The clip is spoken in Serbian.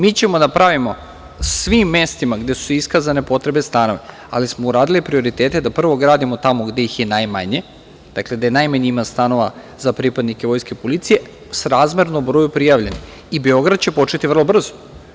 Mi ćemo da pravimo u svim mestima gde su iskazane potrebe stana, ali smo uradili i prioritete da prvo gradimo tamo gde ih je najmanje, dakle, gde najmanje ima stanova za pripadnike Vojske, policije srazmerno broju prijavljenih, a i Beograd će početi vrlo brzo.